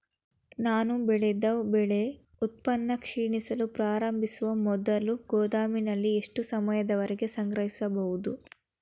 ನಾನು ಬೆಳೆದ ಬೆಳೆ ಉತ್ಪನ್ನ ಕ್ಷೀಣಿಸಲು ಪ್ರಾರಂಭಿಸುವ ಮೊದಲು ಗೋದಾಮಿನಲ್ಲಿ ಎಷ್ಟು ಸಮಯದವರೆಗೆ ಸಂಗ್ರಹಿಸಬಹುದು?